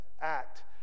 act